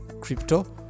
crypto